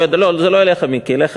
לא, זה לא אליך, מיקי.